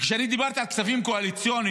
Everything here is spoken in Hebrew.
כשאני דיברתי על כספים קואליציוניים,